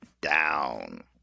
down